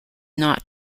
not